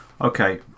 Okay